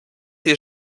sie